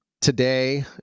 Today